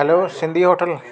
hello Sindhi hotel